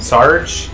Sarge